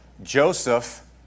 joseph